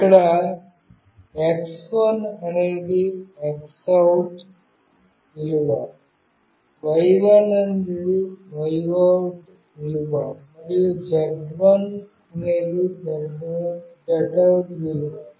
ఇక్కడ x1 అనేది X OUT విలువ y1 Y OUT విలువ మరియు z1 Z OUT విలువ